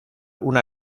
una